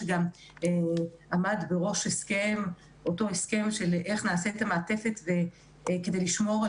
שגם עמד בראש אותו הסכם של איך נעשה את המעטפת כדי לשמור על